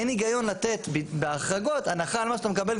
אין היגיון לתת בהחרגות הנחה על מה שאתה מקבל,